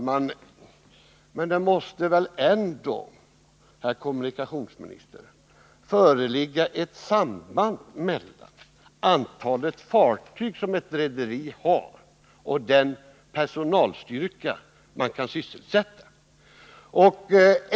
Herr talman! Det måste väl ändå, herr kommunikationsminister, föreligga ett samband mellan antalet fartyg som ett rederi har och den personalstyrka som kan sysselsättas.